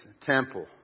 temple